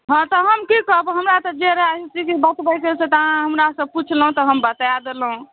हँ तऽ हम की कहब हमरा तऽ जे रहए स्थिति बतबैके से अहाँ हमरासँ पुछलहुँ तऽ हम बता देलहुँ